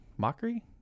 mockery